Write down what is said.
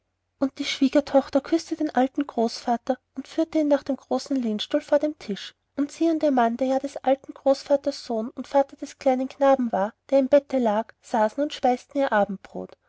und die schwiegertochter küßte den alten großvater und führte ihn nach dem großen lehnstuhl vor dem tisch und sie und ihr mann der ja des alten großvaters sohn und vater des kleinen knaben war der im bett lag saßen und speisten ihr